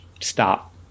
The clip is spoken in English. stop